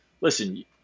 listen